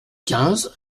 quinze